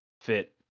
fit